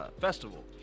festival